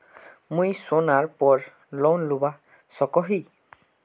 मुई सोनार पोर लोन लुबा सकोहो ही?